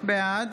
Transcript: בעד